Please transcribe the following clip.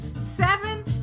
seven